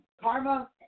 karma